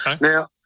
Now